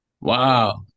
Wow